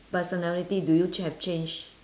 personality do you ch~ have change